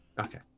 okay